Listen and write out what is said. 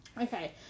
Okay